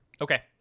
Okay